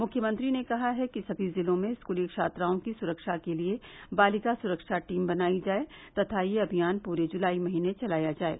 मुख्यमंत्री ने कहा है कि सभी जिलों में स्कूली छात्राओं की सुरक्षा के लिए बालिका सुरक्षा टीम बनायी जाये तथा यह अभियान पूरे जुलाई महीने चलाया जाये